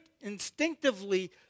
instinctively